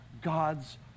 God's